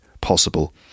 possible